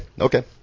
Okay